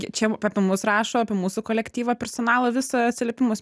čia apie mus rašo apie mūsų kolektyvą personalą visą atsiliepimus